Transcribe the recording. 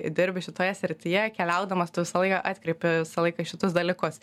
dirbi šitoje srityje keliaudamas tu visą laiką atkreipi visą laiką į šitus dalykus